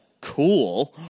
cool